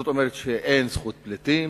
זאת אומרת שאין זכות פליטים,